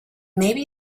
maybe